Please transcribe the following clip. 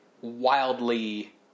wildly